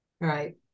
Right